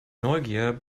neugier